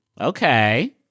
Okay